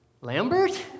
Lambert